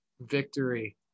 victory